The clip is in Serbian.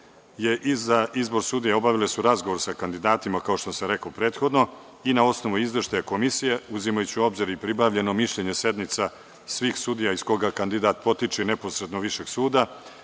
za izbor sudija obavile su razgovor sa kandidatima, kao što sam rekao prethodno, i na osnovu izveštaja komisije, uzimajući u obzir i pribavljeno mišljenje sednica svih sudija iz koga kandidat potiče i neposredno višeg suda,